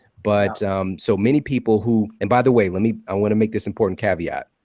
but so many people who and by the way, let me i want to make this important caveat